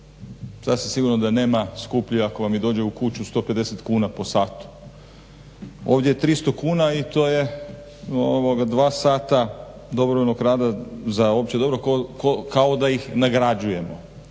Sasvim sigurno da nema skuplje ako vam i dođe u kuću 150 kuna po satu . Ovdje je 300 kuna i to je 2 sata dobrovoljnog rada za opće dobro kao da ih nagrađujemo